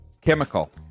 chemical